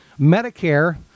Medicare